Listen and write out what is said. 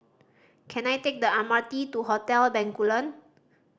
can I take the M R T to Hotel Bencoolen